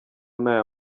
n’aya